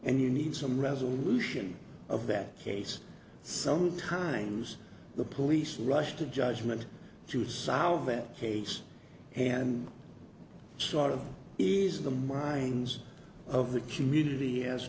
and you need some resolution of that case sometimes the police rush to judgment to solve that case and sort of is in the minds of the community as